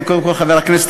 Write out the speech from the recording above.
הראשונה.